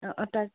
অঁ তাত